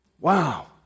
Wow